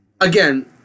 again